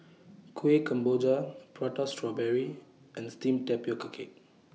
Kueh Kemboja Prata Strawberry and Steamed Tapioca Cake